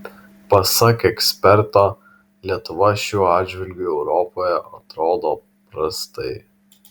pasak eksperto lietuva šiuo atžvilgiu europoje atrodo prastai